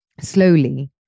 slowly